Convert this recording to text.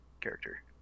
character